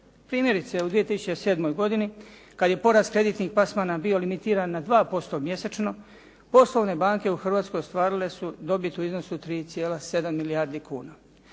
Primjerice, u 2007. godini kad je porast kreditnih plasmana bio limitiran na 2% mjesečno, poslovne banke u Hrvatskoj ostvarile su dobit u iznosu 3,7 milijardi kuna.